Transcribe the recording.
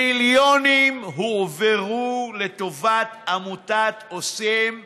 מיליונים הועברו לטובת עמותת עושים ציונות,